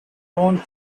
lone